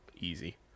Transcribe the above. Easy